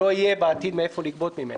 לא יהיה בעתיד מאיפה לגבות ממנה,